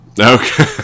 Okay